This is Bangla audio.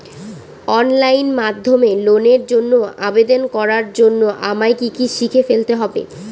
অনলাইন মাধ্যমে লোনের জন্য আবেদন করার জন্য আমায় কি কি শিখে ফেলতে হবে?